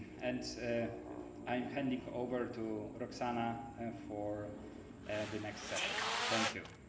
and ah i am handing over to roxana for and the next session. thank you.